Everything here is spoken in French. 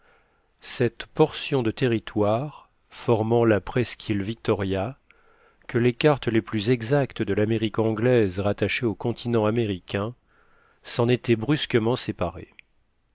cette portion de territoire formant la presqu'île victoria que les cartes les plus exactes de l'amérique anglaise rattachaient au continent américain s'en était brusquement séparée